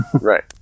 Right